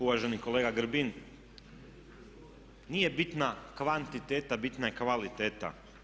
Uvaženi kolega Grbin, nije bitna kvantiteta bitna je kvaliteta.